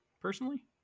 personally